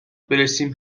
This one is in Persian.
برسیم